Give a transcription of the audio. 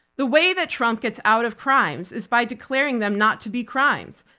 the way that trump gets out of crimes is by declaring them not to be crimes,